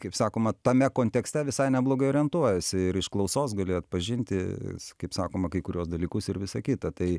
kaip sakoma tame kontekste visai neblogai orientuojuosi ir iš klausos galiu atpažinti kaip sakoma kai kuriuos dalykus ir visa kita tai